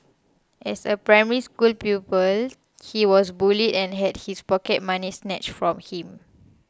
as a Primary School pupil he was bullied and had his pocket money snatched from him